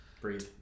breathe